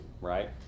right